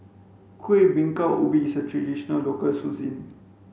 kuih bingka ubi is a traditional local cuisine